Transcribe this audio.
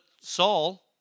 Saul